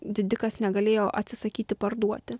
didikas negalėjo atsisakyti parduoti